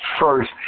first